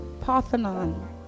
Parthenon